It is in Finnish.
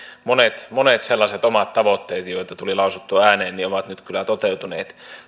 että monet sellaiset omat tavoitteet joita tuli lausuttua ääneen ovat nyt kyllä toteutuneet